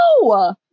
No